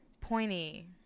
pointy